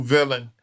Villain